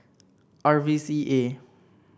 R V C A